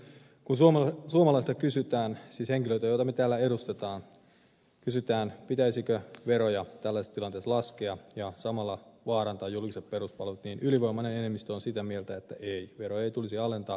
kun suomalaisilta kysytään siis henkilöiltä joita me täällä edustamme pitäisikö veroja tällaisessa tilanteessa laskea ja samalla vaarantaa julkiset peruspalvelut niin ylivoimainen enemmistö on sitä mieltä että ei veroja ei tulisi alentaa pikemminkin nostaa